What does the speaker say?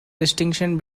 distinction